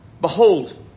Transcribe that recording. Behold